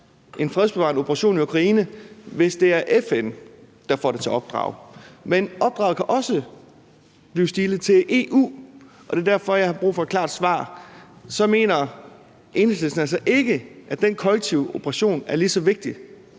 en fredsbevarende operation i Ukraine, hvis det er FN, der får det til opdrag, men opdraget kan også blive stilet til EU, og det er derfor, jeg har brug for et klart svar, for så mener Enhedslisten altså ikke, at den kollektive operation er lige så vigtig,